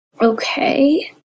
Okay